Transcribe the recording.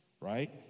right